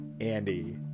Andy